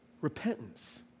repentance